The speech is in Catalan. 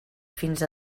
fins